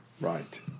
Right